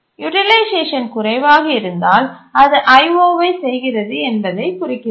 utilisation குறைவாக இருந்தால் அது I O ஐ செய்கிறது என்பதைக் குறிக்கிறது